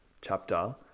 chapter